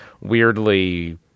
weirdly